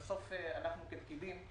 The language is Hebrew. אנחנו כפקידים,